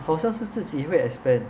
好像是自己会 expand